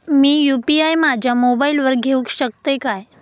मी UPI माझ्या मोबाईलावर घेवक शकतय काय?